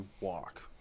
walk